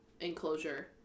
enclosure